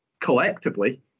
collectively